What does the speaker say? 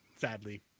sadly